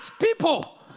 people